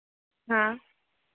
हाँ